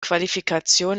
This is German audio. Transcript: qualifikation